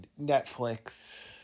Netflix